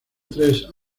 tres